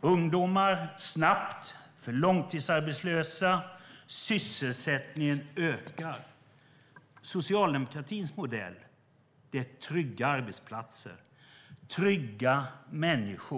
för ungdomar, snabbt, och för långtidsarbetslösa. Sysselsättningen ökar. Socialdemokratins modell är trygga arbetsplatser och trygga människor.